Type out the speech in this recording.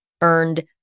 earned